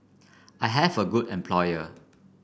I have a good employer